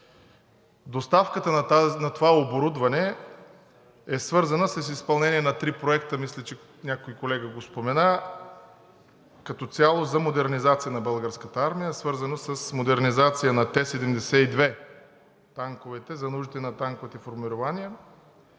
Доставката на това оборудване е свързана с изпълнение на три проекта – мисля, че някой колега го спомена, като цяло за модернизация на Българската армия, свързана с модернизация на Т-72 – танковете, за нуждите на танковите формирования,